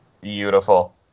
beautiful